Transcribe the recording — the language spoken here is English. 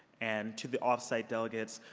and to the off-site delegates,